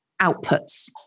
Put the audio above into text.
outputs